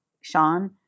Sean